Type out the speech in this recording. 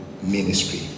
ministry